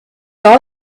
all